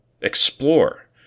explore